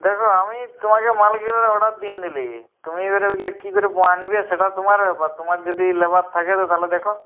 দেখো আমি তোমাকে মালগুলোর অর্ডার দিয়ে দিলাম তুমি তাহলে ওগুলো কি করে আনবে সেটা তোমার ব্যাপার তোমার যদি লেবার থাকে তো তাহলে দেখো